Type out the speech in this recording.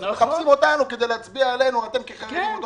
אז מחפשים אותנו כדי להצביע עלינו: אתם כחרדים אותו דבר.